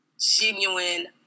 genuine